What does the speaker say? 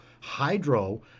hydro